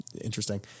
interesting